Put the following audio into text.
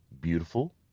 beautiful